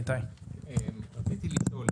רציתי לשאול,